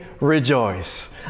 rejoice